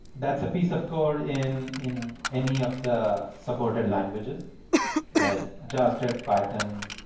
that's a piece of code in in any of the supported languages there's javascript, python,